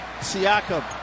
siakam